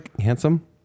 handsome